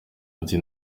ati